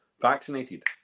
vaccinated